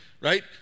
right